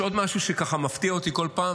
יש עוד משהו שמפתיע אותי בכל פעם,